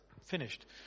finished